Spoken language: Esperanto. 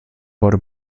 por